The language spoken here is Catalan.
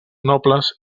nobles